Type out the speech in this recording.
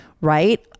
right